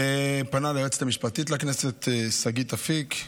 הוא פנה ליועצת המשפטית לכנסת שגית אפיק,